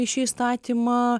į šį įstatymą